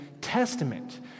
Testament